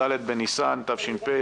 ד' בניסן התש"ף,